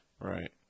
right